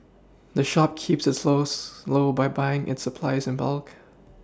the shop keeps its lowest low by buying its supplies in bulk